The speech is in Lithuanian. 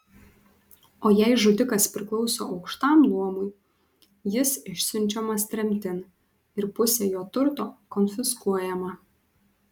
o jei žudikas priklauso aukštam luomui jis išsiunčiamas tremtin ir pusė jo turto konfiskuojama